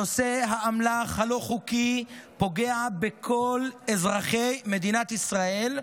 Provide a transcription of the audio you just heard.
נושא האמל"ח הלא-חוקי פוגע בכל אזרחי מדינת ישראל,